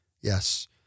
Yes